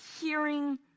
hearing